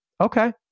Okay